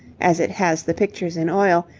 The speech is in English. as it has the pictures in oil,